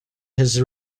his